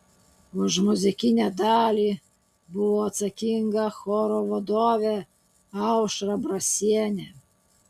už muzikinę dalį buvo atsakinga choro vadovė aušra brasienė